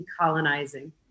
decolonizing